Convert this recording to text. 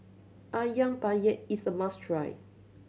Ayam Penyet is a must try